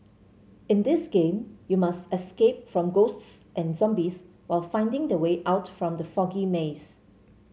in this game you must escape from ghosts and zombies while finding the way out from the foggy maze